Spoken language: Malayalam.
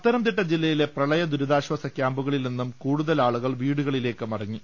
പത്തനംതിട്ട ജില്ലയിലെ പ്രളയ ദുരിതാശ്ചാസ കൃാമ്പുകളിൽ നിന്നും കൂടുതൽ ആളുകൾ വീടുകളിക്ക് മടങ്ങി